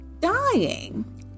dying